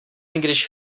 když